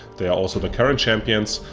they are also the current champions,